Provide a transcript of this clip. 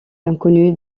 l’inconnu